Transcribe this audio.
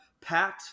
pat